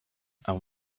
and